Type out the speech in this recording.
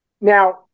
Now